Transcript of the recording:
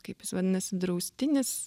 kaip jis vadinasi draustinis